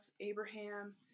abraham